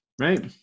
Right